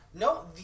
No